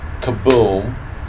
kaboom